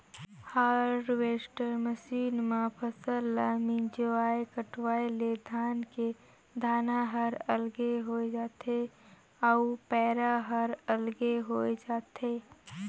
harvester machine म फसल ल मिंजवाय कटवाय ले धान के दाना हर अलगे होय जाथे अउ पैरा हर अलगे होय जाथे